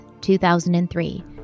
2003